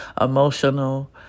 emotional